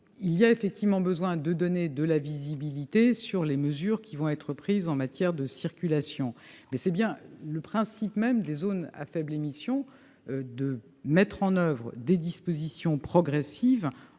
Il y a effectivement besoin de donner de la visibilité sur les mesures qui seront prises en matière de circulation. C'est le principe même des zones à faibles émissions que de mettre en oeuvre des dispositions progressives